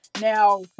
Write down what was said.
Now